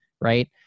right